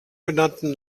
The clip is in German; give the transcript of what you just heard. genannten